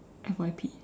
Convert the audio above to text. F_Y_P